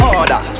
order